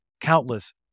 countless